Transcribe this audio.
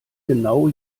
genau